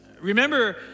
Remember